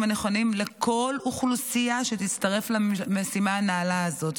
הנכונים לכל אוכלוסייה שתצטרף למשימה הנעלה הזאת".